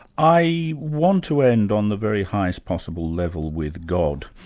i want to end on the very highest possible level with god.